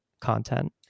content